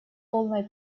полной